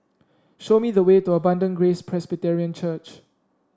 show me the way to Abundant Grace Presbyterian Church